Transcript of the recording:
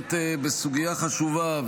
באמת בסוגיה חשובה,